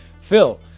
Phil